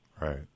Right